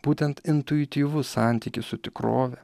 būtent intuityvus santykis su tikrove